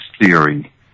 theory